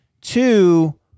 Two